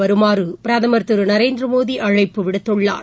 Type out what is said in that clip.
வருமாறு பிரதமர் திரு நரேந்திரமோடி அழைப்பு விடுத்துள்ளார்